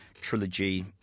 trilogy